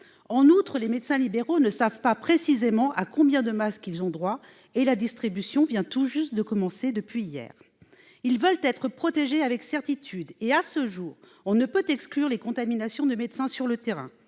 En outre, les médecins libéraux ne savent pas précisément à combien de masques ils ont droit, et la distribution a tout juste commencé hier. Ils veulent être protégés avec certitude, mais, à ce jour, on ne peut exclure les contaminations de médecins sur le terrain.